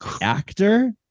actor